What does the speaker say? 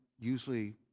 usually